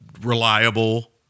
reliable